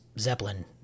zeppelin